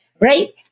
Right